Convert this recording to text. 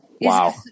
Wow